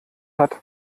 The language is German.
hat